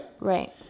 Right